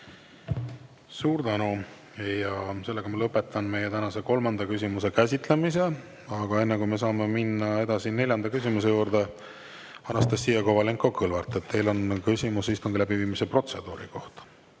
Suur tänu! Ja sellega ma lõpetan meie tänase kolmanda küsimuse käsitlemise. Aga enne, kui me saame minna edasi neljanda küsimuse juurde, Anastassia Kovalenko-Kõlvart, teile on küsimus istungi läbiviimise protseduuri kohta.